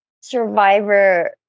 survivor